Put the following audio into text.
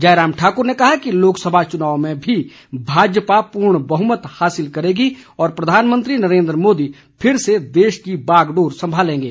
जयराम ठाकुर ने कहा है कि लोकसभा चुनाव में भी भाजपा पूर्ण बहुमत हासिल करेगी और प्रधानमंत्री नरेन्द्र मोदी फिर से देश की बागडोर संभालेंगे